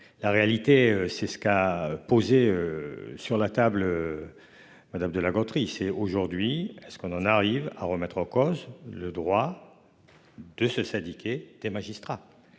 La réalité c'est ce qu'a posé. Sur la table. Madame de La Gontrie. C'est aujourd'hui ce qu'on en arrive à remettre en cause le droit. De se syndiquer des magistrats.